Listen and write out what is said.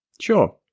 Sure